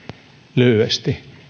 lyhyesti